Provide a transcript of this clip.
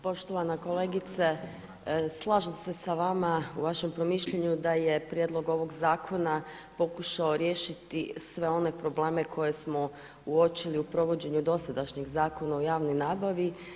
Poštovana kolegice, slažem se s vama u vašem promišljanju da je prijedlog ovog zakona pokušao riješiti sve one probleme koje smo uočili u provođenju dosadašnjeg Zakona o javnoj nabavi.